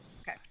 okay